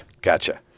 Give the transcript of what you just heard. gotcha